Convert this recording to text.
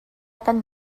kan